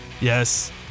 yes